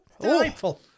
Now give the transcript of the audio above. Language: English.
Delightful